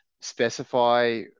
specify